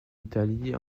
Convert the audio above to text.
italie